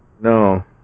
No